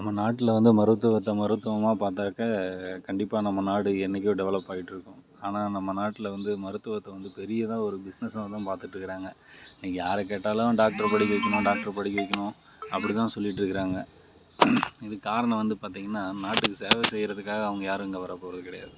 நம்ம நாட்டில் வந்து மருத்துவத்தை மருத்துவமாக பார்த்தாக்க கண்டிப்பாக நம்ம நாடு என்னைக்கோ டெவலப் ஆகிட்ருக்கும் ஆனால் நம்ம நாட்டில் வந்து மருத்துவத்தை வந்து பெரியதாக ஒரு பிஸ்னஸாக தான் பார்த்துட்ருக்குறாங்க நீங்கள் யாரை கேட்டாலும் டாக்டர் படிக்க வைக்கணும் டாக்டர் படிக்க வைக்கணும் அப்படி தான் சொல்லிகிட்டிருக்குறாங்க இதுக்கு காரணம் வந்து பார்த்திங்ன்னா நாட்டுக்கு சேவை செய்கிறதுக்காக அவங்க யாரும் இங்கே வரப்போவது கிடையாது